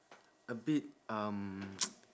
a bit um